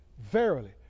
Verily